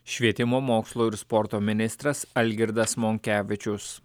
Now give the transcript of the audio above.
švietimo mokslo ir sporto ministras algirdas monkevičius